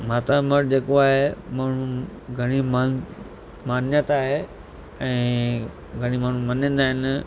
माता जो मड जेको आहे माण्हू घणेई मान मान्यता आहे ऐं घणेई माण्हू मञंदा आहिनि